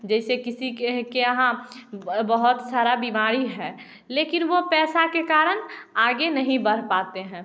जैसे किसी के के यहाँ बहुत सारा बीमारी है लेकिन वो पैसा के कारण आगे नहीं बढ़ पाते हैं